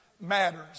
matters